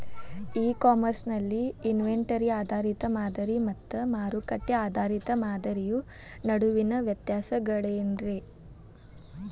E commerce ನಲ್ಲಿ inventory ಆಧಾರಿತ ಮಾದರಿ ಮತ್ತ ಮಾರುಕಟ್ಟೆ ಆಧಾರಿತ ಮಾದರಿಯ ನಡುವಿನ ವ್ಯತ್ಯಾಸಗಳೇನ ರೇ?